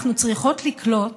אנחנו צריכות לקלוט